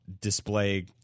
Display